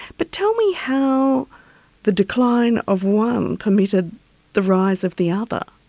but tell me how the decline of one permitted the rise of the other.